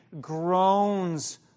groans